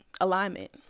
alignment